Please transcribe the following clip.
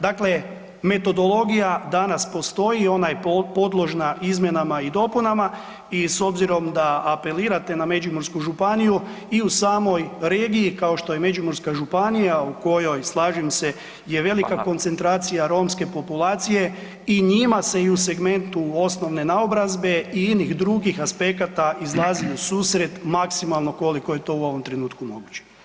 Dakle, metodologija danas postoji, ona je podložna izmjenama i dopunama i s obzirom da apelirate na Međimursku županiju i u samoj regiji kao što je Međimurska županija u kojoj slažem se je velika koncentracija romske populacije i njima se i u segmentu osnovne naobrazbe i inih drugih aspekata izlazi u susret maksimalno koliko je to u ovom trenutku moguće.